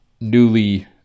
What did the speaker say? newly